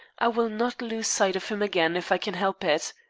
i will not lose sight of him again if i can help it.